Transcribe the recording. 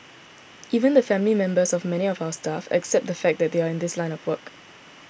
even the family members of many of our staff accept the fact that they are in this line of work